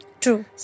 True